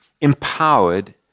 empowered